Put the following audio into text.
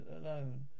alone